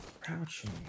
Crouching